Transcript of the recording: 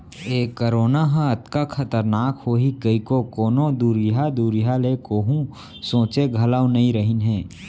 ए corona ह अतका खतरनाक होही कइको कोनों दुरिहा दुरिहा ले कोहूँ सोंचे घलौ नइ रहिन हें